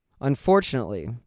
Unfortunately